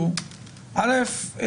אל"ף,